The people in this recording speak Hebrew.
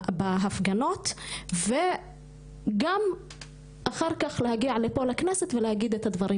בהפגנות וגם אחר כך להגיע לפה לכנסת והגיד את הדברים